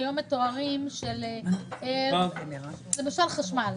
מכרז יכול לקחת חצי שנה.